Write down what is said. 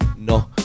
no